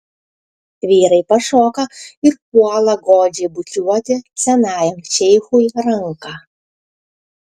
vyrai pašoka ir puola godžiai bučiuoti senajam šeichui ranką